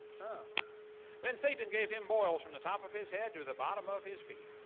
ah then satan gave him boils from the top of his head to the bottom of his feet.